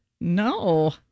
No